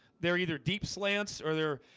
they're either deep slants or they're